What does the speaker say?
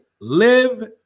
live